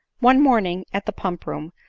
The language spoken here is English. one morning at the pump-room,